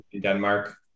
Denmark